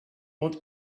want